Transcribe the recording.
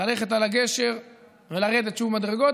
ללכת על הגשר ולרדת שוב מדרגות,